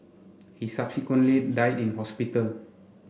he subsequently died in hospital